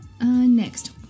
Next